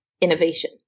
innovation